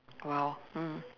!wow! mm